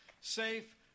safe